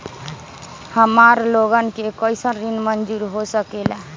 हमार लोगन के कइसन ऋण मंजूर हो सकेला?